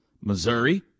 Missouri